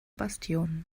bastion